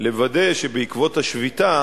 לוודא שבעקבות השביתה